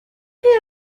chi